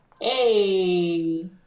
Hey